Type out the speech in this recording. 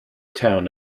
town